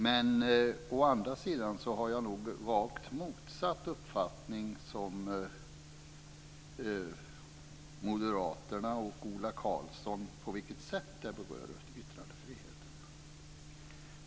Men å andra sidan har jag rakt motsatt uppfattning mot Moderaterna och Ola Karlsson om på vilket sätt det här berör yttrandefriheten.